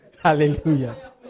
Hallelujah